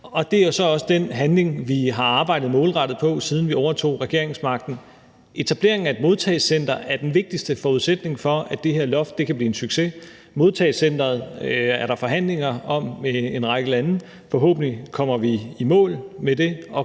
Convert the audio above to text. det er så også den handling, vi har arbejdet målrettet på, siden vi overtog regeringsmagten. Etableringen af et modtagecenter er den vigtigste forudsætning for, at det her loft kan blive en succes. Modtagecenteret er der forhandlinger om med en række lande, og forhåbentlig kommer vi i mål med det.